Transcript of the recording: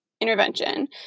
intervention